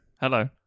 Hello